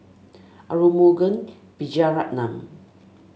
Arumugam Vijiaratnam